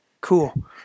cool